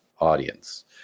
audience